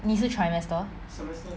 你是 trimester